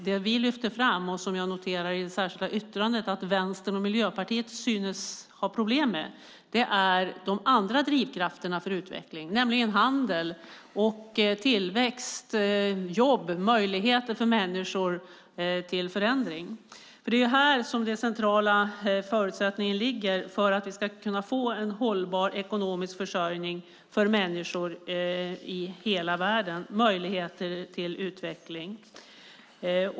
Det vi lyfter fram - som jag i det särskilda yttrandet noterar att Vänstern och Miljöpartiet synes ha problem med - är de andra drivkrafterna för utveckling: handel, tillväxt, jobb och möjligheter för människor till förändring. Det är här den centrala förutsättningen finns för att vi ska kunna få en hållbar ekonomisk försörjning för människor i hela världen, möjligheter till utveckling.